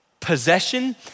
possession